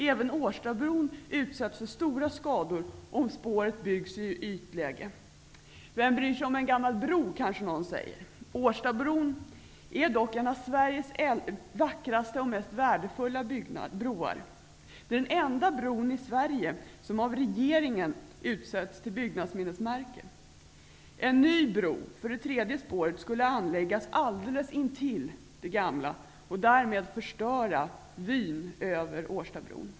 Även Årstabron utsätts för stora skador om spåret byggs i ytläge. Vem bryr sig om en gammal bro, kanske någon säger. Årstabron är dock en av Sveriges vackraste och mest värdefulla broar. Den är den enda bron i Sverige som av regeringen utsetts till byggnadsminnesmärke. En ny bro för det tredje spåret skulle anläggas alldeles intill den gamla, och därmed förstöra vyn över Årstabron.